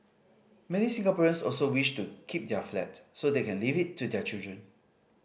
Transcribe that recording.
many Singaporeans also wish to keep their flat so they can leave it to their children